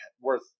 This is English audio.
Worth